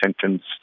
sentenced